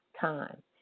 time